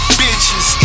bitches